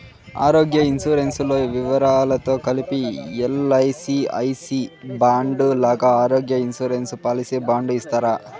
ఆరోగ్య ఇన్సూరెన్సు లో వివరాలతో కలిపి ఎల్.ఐ.సి ఐ సి బాండు లాగా ఆరోగ్య ఇన్సూరెన్సు పాలసీ బాండు ఇస్తారా?